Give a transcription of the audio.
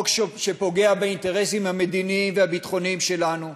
חוק שפוגע באינטרסים המדיניים והביטחוניים שלנו,